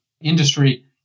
industry